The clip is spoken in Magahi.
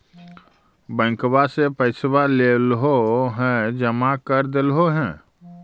बैंकवा से पैसवा लेलहो है जमा कर देलहो हे?